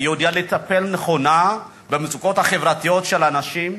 יודע לטפל נכונה במצוקות החברתיות של אנשים.